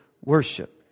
worship